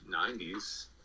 90s